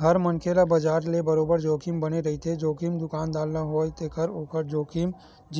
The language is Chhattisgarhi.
हर मनखे ल बजार ले बरोबर जोखिम बने रहिथे, जोखिम दुकानदार ल होवय ते ओखर